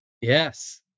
yes